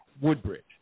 Woodbridge